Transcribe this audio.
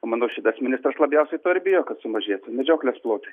o manau šitas ministras labiausiai to ir bijo kad sumažėtų medžioklės plotai